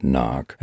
Knock